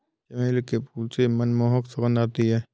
चमेली के फूल से मनमोहक सुगंध आती है